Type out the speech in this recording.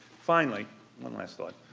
finally one last thought